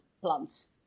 plants